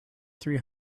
three